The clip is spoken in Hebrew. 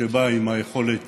שבא עם היכולת